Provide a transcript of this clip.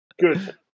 Good